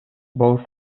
both